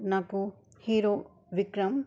నాకు హీరో విక్రమ్